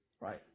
right